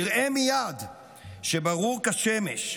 יראה מייד שזה ברור כשמש,